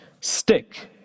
Stick